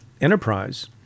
enterprise